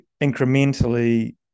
incrementally